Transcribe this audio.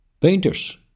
Painters